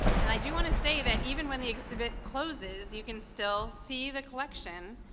and, i do want to say that, even when the exhibit closes, you can still see the collection,